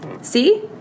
See